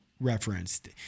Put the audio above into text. referenced